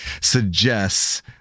suggests